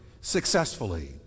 successfully